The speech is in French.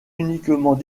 uniquement